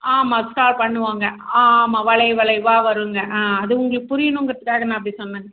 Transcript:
ஆமாம் பண்ணுவாங்க ஆ ஆமாம் வளைவு வளைவாக வருங்க ஆ அது உங்களுக்கு புரியணுங்கிறதுக்காக நான் அப்படி சொன்னேன்